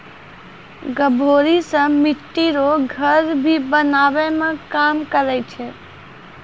गभोरी से मिट्टी रो घर भी बनाबै मे काम करै छै